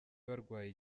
barwaye